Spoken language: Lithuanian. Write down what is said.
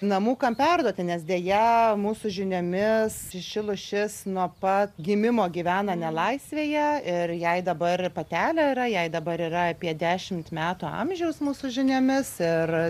namų kam perduoti nes deja mūsų žiniomis ši lūšis nuo pat gimimo gyvena nelaisvėje ir jai dabar patelė yra jai dabar yra apie dešimt metų amžiaus mūsų žiniomis ir